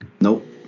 nope